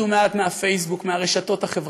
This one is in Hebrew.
תצאו מעט מהפייסבוק, מהרשתות החברתיות,